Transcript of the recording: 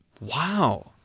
Wow